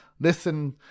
listen